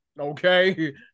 okay